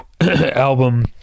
album